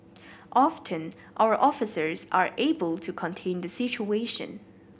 often our officers are able to contain the situation